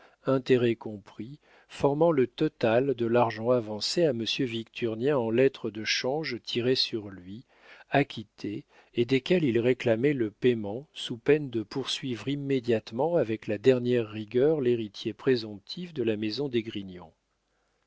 intérêts compris formant le total de l'argent avancé à monsieur victurnien en lettres de change tirées sur lui acquittées et desquelles il réclamait le payement sous peine de poursuivre immédiatement avec la dernière rigueur l'héritier présomptif de la maison